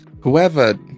whoever